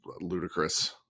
ludicrous